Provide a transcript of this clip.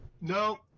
No